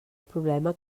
problema